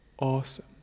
awesome